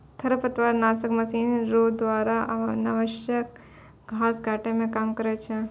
खरपतवार नासक मशीन रो द्वारा अनावश्यक घास काटै मे काम करै छै